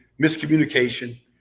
Miscommunication